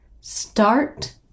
start